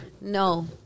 No